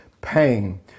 pain